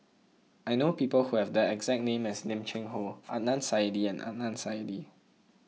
I know people who have the exact name as Lim Cheng Hoe Adnan Saidi and Adnan Saidi